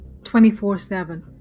24-7